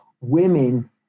women